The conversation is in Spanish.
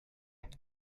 estás